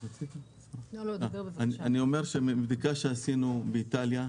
אני אומר שמבדיקה שעשינו באיטליה,